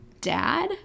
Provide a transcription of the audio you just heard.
dad